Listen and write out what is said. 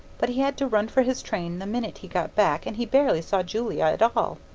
but he had to run for his train the minute he got back and he barely saw julia at all.